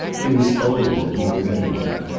he was older than he remembered him.